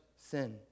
sin